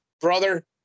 brother